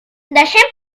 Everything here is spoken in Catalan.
deixem